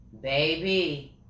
baby